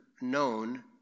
known